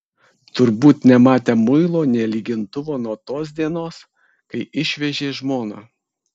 turbūt nematę muilo nė lygintuvo nuo tos dienos kai išvežė žmoną